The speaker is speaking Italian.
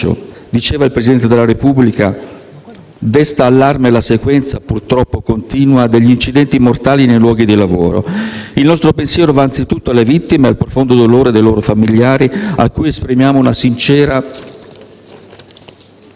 Diceva il Presidente della Repubblica: «Desta allarme la sequenza - purtroppo continua - degli incidenti mortali nei luoghi di lavoro. Il nostro pensiero va anzitutto alle vittime, e al profondo dolore dei loro familiari, a cui esprimiamo una sincera